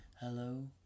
hello